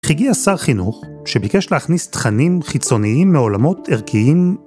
הגיע השר חינוך שביקש להכניס תכנים חיצוניים מעולמות ערכיים